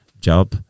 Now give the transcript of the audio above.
job